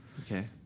Okay